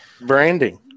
Branding